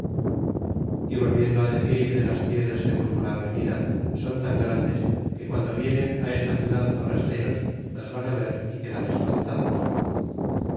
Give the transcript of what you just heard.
y volviendo decir de las piedras que truxo la avenida son tan grandes que guando vienen esta ciudad forasteros las van ver y quedan espantados